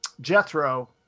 Jethro